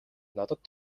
надад